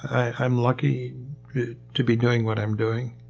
i'm lucky to be doing what i'm doing.